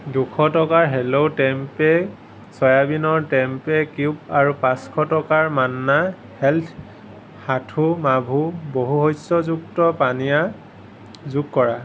দুশ টকাৰ Hello Tempayy চয়াবিনৰ টেম্পে' কিউব আৰু পাঁচশ টকাৰ মান্না হেল্থ সাথু মাভু বহুশস্যযুক্ত পানীয়া যোগ কৰা